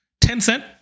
Tencent